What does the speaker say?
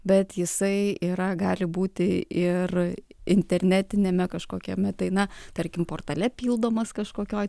bet jisai yra gali būti ir internetiniame kažkokiame tai na tarkim portale pildomas kažkokioj